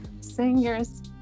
singers